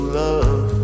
love